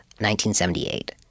1978